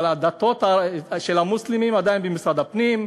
אבל הדתות של המוסלמים עדיין במשרד הפנים.